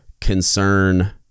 concern